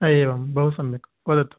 हा एवं बहु सम्यक् वदतु